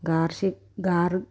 ഗാർഷി ഗാർ